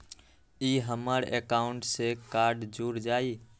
ई हमर अकाउंट से कार्ड जुर जाई?